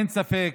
אין ספק